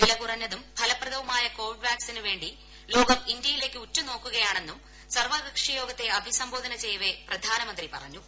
വില കുറഞ്ഞതും ഫലപ്രദവുമായ കോവിഡ് വാക്സിനു് വേണ്ടി ലോകം ഇന്ത്യയിലേക്ക് ഉറ്റു നോക്കുകയാണെന്നും സർവ്വകൾഷിയോഗത്തെ അഭിസംബോധന ചെയ്യവേ പ്രധാനമന്ത്രി പറഞ്ഞു